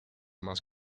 más